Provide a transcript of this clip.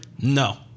No